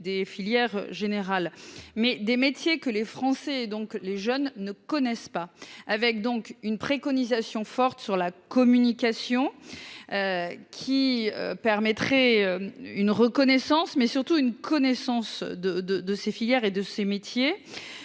des filières générales, mais des métiers que les Français, donc les jeunes ne connaissent pas, avec donc une préconisation forte sur la communication, qui permettrait une reconnaissance, mais surtout une connaissance de de de ces filières et de ses métiers,